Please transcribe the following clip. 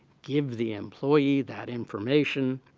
give the employee that information,